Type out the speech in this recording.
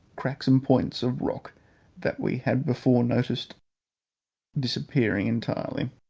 cracks and points of rock that we had before noticed disappearing entirely,